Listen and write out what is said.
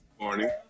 morning